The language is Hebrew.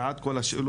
בעד כל השאלות.